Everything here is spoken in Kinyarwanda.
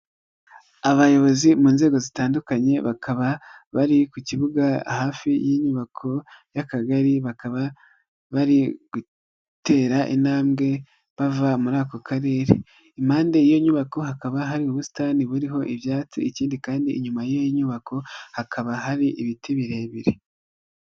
Abayobozi mu nzego zitandukanye, bakaba bari ku kibuga hafi y'inyubako y'akagari bakaba bari gutera intambwe bava muri ako karere. Impande y'iyo nyubako hakaba hari ubusitani buriho ibyatsi, ikindi kandi inyuma y'iyo nyubako hakaba hari ibiti birebire.